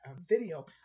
video